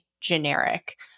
generic